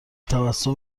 تبسمی